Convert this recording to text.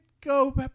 go